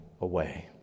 away